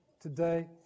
today